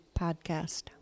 Podcast